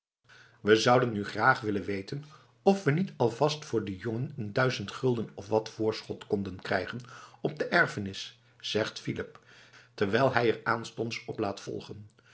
we zouden nu graag willen weten of we niet alvast voor den jongen een duizend gulden of wat voorschot konden krijgen op de erfenis zegt philip terwijl hij er aanstonds op laat volgen